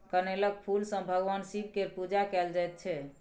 कनेलक फुल सँ भगबान शिब केर पुजा कएल जाइत छै